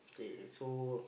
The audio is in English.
okay so